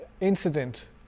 incident